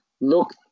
look